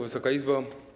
Wysoka Izbo!